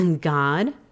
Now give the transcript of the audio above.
god